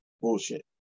Bullshit